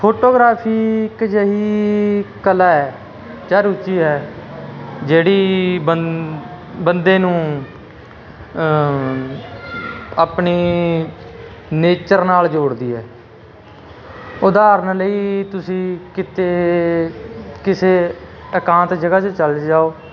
photography ਇੱਕ ਜਹੀ ਕਲਾ ਐ ਜਾਂ ਰੁਚੀ ਹੈ ਜਿਹੜੀ ਬੰਦ ਬੰਦੇ ਨੂੰ ਆਪਣੀ ਨੇਚਰ ਨਾਲ ਜੋੜਦੀ ਹੈ ਉਦਾਹਰਨ ਲਈ ਤੁਸੀਂ ਕਿਤੇ ਕਿਸੇ ਇਕਾਂਤ ਜਗ੍ਹਾ ਚ ਚਲ ਜਾਓ